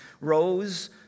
rose